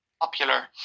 popular